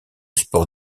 sports